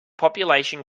population